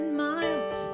miles